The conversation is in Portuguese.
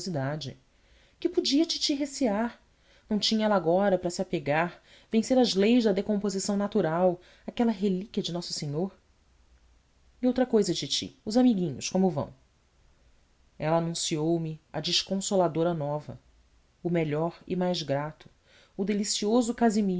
generosidade que podia a titi recear não tinha ela agora para se apegar vencer as leis da decomposição natural aquela relíquia de nosso senhor e outra cousa titi os amiguinhos como vão ela anunciou me a desconsoladora nova o melhor e mais grato o delicioso